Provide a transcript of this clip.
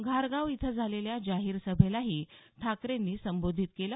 घारगाव इथं झालेल्या जाहीर सभेलाही ठाकरेंनी संबोधीत केलं